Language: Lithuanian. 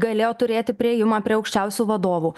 galėjo turėti priėjimą prie aukščiausių vadovų